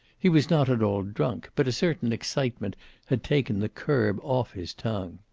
he was not at all drunk, but a certain excitement had taken the curb off his tongue.